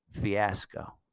fiasco